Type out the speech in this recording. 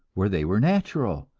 where they were natural.